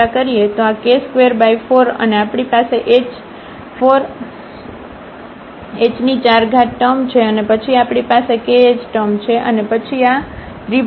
તો k24 અને આપણી પાસે h4 ટર્મ છે અને પછી આપણી પાસે k h ટર્મ છે અને પછી આ 32k2 છે